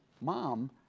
Mom